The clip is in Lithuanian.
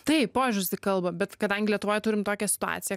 taip požiūris į kalbą bet kadangi lietuvoj turim tokią situaciją